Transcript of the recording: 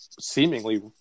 seemingly –